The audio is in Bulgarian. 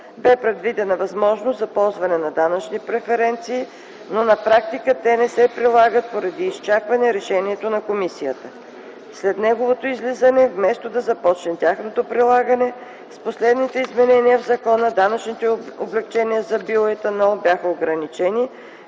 бе предвидена възможност за ползване на данъчни преференции, но на практика те не се прилагаха поради изчакване решението на комисията. След неговото излизане, обаче, вместо да започне тяхното прилагане, с последните изменения в закона, данъчните облекчения за биоетанол бяха ограничени,